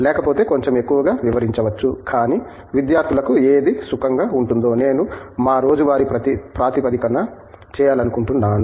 లేకపోతే కొంచెం ఎక్కువగా వివరించవచ్చు కాని విద్యార్థులకు ఏది సుఖంగా ఉంటుందో నేను మా రోజువారీ ప్రాతిపదికన చేయాలనుకుంటున్నాను